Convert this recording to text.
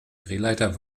drehleiter